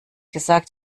gesagt